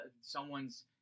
someone's